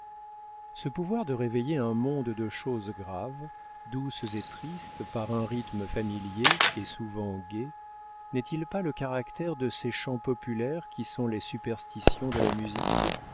ce pouvoir de réveiller un monde de choses graves douces et tristes par un rhythme familier et souvent gai n'est-il pas le caractère de ces chants populaires qui sont les superstitions de la musique